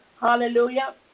Hallelujah